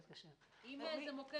אם זה מוקד